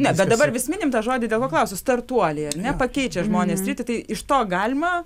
ne bet dabar vis minim tą žodį dėl to klausiu startuoliai ar ne pakeičia žmonės sritį tai iš to galima